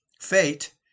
Fate